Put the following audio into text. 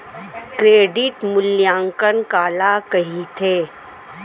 Credit मूल्यांकन काला कहिथे?